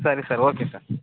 ಸರಿ sir okay sir